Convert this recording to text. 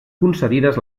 concedides